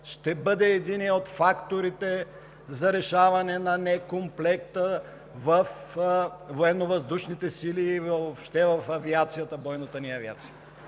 ще бъде единият от факторите за решаване на некомплекта във Военновъздушните сили и въобще в бойната ни авиация.